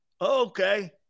Okay